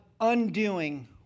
undoing